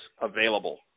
available